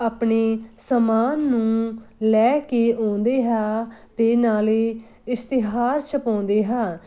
ਆਪਣੇ ਸਮਾਨ ਨੂੰ ਲੈ ਕੇ ਆਉਂਦੇ ਹਾਂ ਅਤੇ ਨਾਲੇ ਇਸ਼ਤਿਹਾਰ ਛਪਾਉਂਦੇ ਹਾਂ